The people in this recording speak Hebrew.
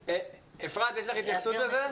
אפרת, יש לך התייחסות לזה?